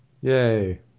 Yay